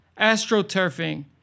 astroturfing